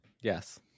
yes